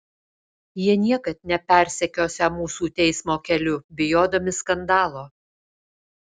jie niekad nepersekiosią mūsų teismo keliu bijodami skandalo